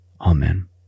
Amen